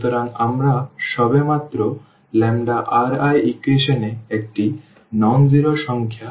সুতরাং আমরা সবেমাত্র ল্যাম্বডা Ri ইকুয়েশন এ একটি অ শূন্য সংখ্যা গুণ করেছি